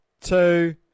Two